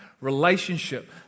relationship